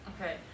Okay